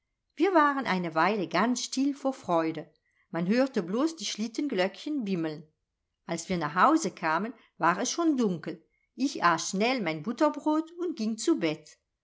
wir waren eine weile ganz still vor freude man hörte blos die schlittenglöckchen bimmeln als wir nach hause kamen war es schon dunkel ich aß schnell mein butterbrot und ging zu bett